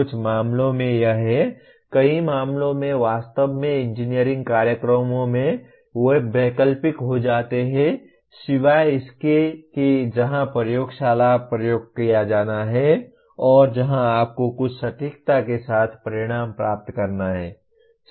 कुछ मामलों में यह है कई मामलों में वास्तव में इंजीनियरिंग कार्यक्रमों में वे वैकल्पिक हो जाते हैं सिवाय इसके कि जहां प्रयोगशाला प्रयोग किया जाना है और जहां आपको कुछ सटीकता के साथ परिणाम प्राप्त करना है